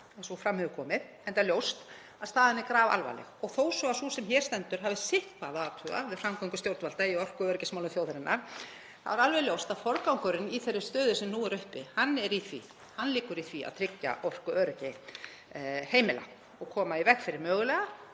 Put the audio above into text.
eins og fram hefur komið, enda ljóst að staðan er grafalvarleg. Þó svo að sú sem hér stendur hafi sitthvað að athuga við framgöngu stjórnvalda í orku- og öryggismálum þjóðarinnar þá er alveg ljóst að forgangurinn í þeirri stöðu sem nú er uppi liggur í því að tryggja orkuöryggi heimila og koma í veg fyrir mögulega,